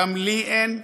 גם לי אין,